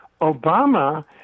Obama